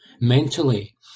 Mentally